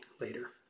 later